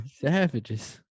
Savages